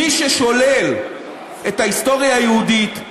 מי ששולל את ההיסטוריה היהודית,